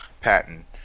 patent